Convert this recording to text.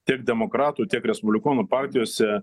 tiek demokratų tiek respublikonų partijose